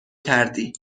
کردی